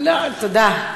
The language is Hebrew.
תודה.